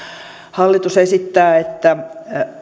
hallitus esittää että